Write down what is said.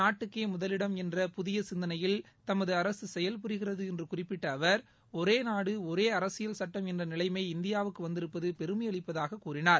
நாட்டுக்கே முதலிடம் என்ற புதிய சிந்தனையை தமது அரசு செயல் புரிகிறது என்றும் குறிப்பிட்ட அவர் ஒரே நாடு ஒரே அரசியல் சுட்டம் என்ற நிலைமை இந்தியாவுக்கு வந்திருப்பது பெருமை அளிப்பதாக அவர் கூறினார்